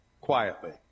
quietly